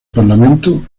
parlamento